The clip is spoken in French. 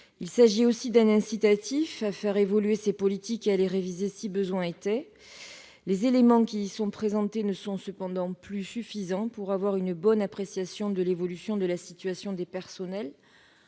Il s'agit aussi d'une incitation à faire évoluer ces politiques et à les réviser si besoin est. Les éléments qui sont présentés ne sont cependant plus suffisants pour avoir une bonne appréciation de l'évolution de la situation des personnels.